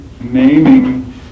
naming